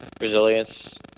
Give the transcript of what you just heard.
resilience